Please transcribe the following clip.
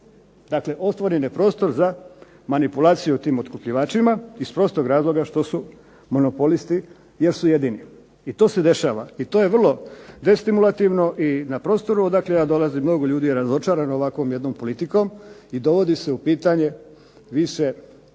Dakle, otvoren je prostor za manipulaciju od tim otkupljivačima iz prostog razloga što su monopolisti jer su jedini. I to se dešava i to je vrlo destimulativno. I na prostoru odakle ja dolazim mnogo ljudi je razočarano ovakvom jednom politikom i dovodi se u pitanje više, mnogi